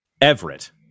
Everett